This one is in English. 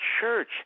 church